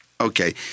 Okay